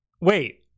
Wait